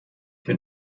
bin